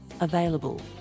available